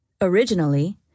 Originally